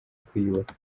kwiyubaka